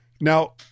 Now